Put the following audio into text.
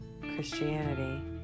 Christianity